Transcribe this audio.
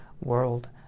world